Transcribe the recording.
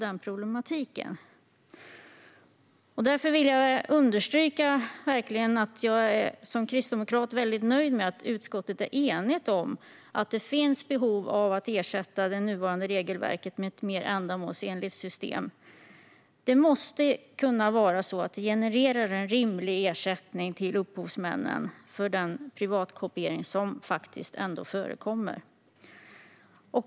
Därför vill jag understryka att jag som kristdemokrat är väldigt nöjd med att utskottet är enigt om att det finns behov av att ersätta det nuvarande regelverket med ett mer ändamålsenligt system. Det måste generera en rimlig ersättning till upphovsmännen för den privatkopiering som faktiskt förekommer.